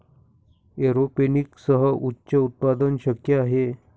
एरोपोनिक्ससह उच्च उत्पादन शक्य आहे